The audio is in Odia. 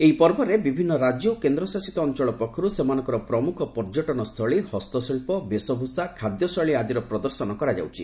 ଏହି ପର୍ବରେ ବିଭିନ୍ନ ରାଜ୍ୟ ଓ କେନ୍ଦ୍ରଶାସିତ ଅଞ୍ଚଳ ପକ୍ଷରୁ ସେମାନଙ୍କର ପ୍ରମୁଖ ପର୍ଯ୍ୟଟନସ୍ଥଳୀ ହସ୍ତଶିଳ୍ପ ବେଶଭୂଷା ଖାଦ୍ୟଶୈଳୀ ଆଦିର ପ୍ରଦର୍ଶନ କରାଯାଉଛି